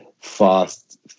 fast